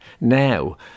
Now